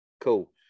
cool